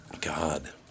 God